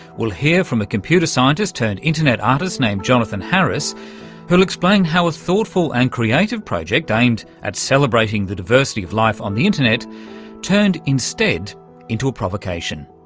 we'll hear from a computer scientist turned internet artist named jonathan harris who'll explain how a thoughtful and creative project aimed at celebrating the diversity of life on the internet turned instead into a provocation.